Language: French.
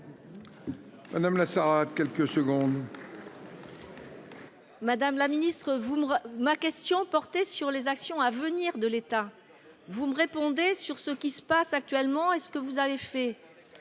Madame la ministre, ma question portait sur les actions à venir de l'État. Vous me répondez sur ce qui se passe en détaillant ce que vous avez fait.